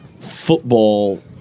football